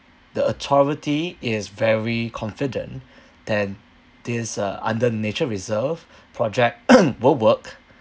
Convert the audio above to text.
the authority is very confident then these uh under nature reserve project will work